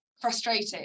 frustrating